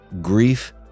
grief